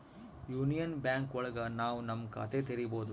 union Bank ಒಳಗ ನಾವ್ ನಮ್ ಖಾತೆ ತೆರಿಬೋದು